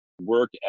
work